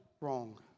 wrong